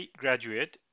graduate